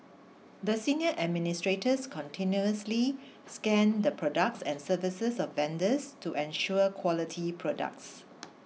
the senior administrators continuously scan the products and services of vendors to ensure quality products